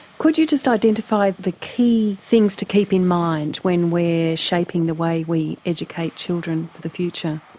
could you just identify the key things to keep in mind when we're shaping the way we educate children for the future?